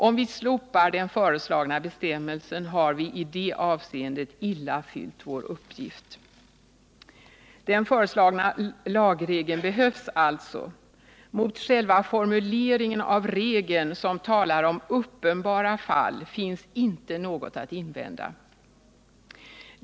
Om vi slopar den föreslagna bestämmelsen har vi i det avseendet illa fyllt vår uppgift. Den föreslagna lagregeln behövs alltså. Mot själva formuleringen av regeln, som talar om uppenbara fall, finns inte något att invända.